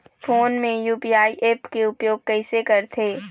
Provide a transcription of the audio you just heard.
Phone मे UPI app के उपयोग कइसे करथे?